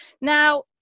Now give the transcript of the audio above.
Now